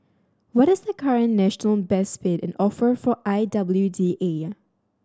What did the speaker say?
what is the current national best bid and offer for I W D A